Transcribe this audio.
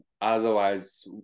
Otherwise